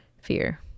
fear